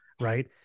right